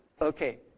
Okay